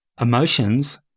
emotions